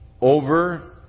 over